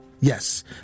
Yes